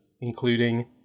including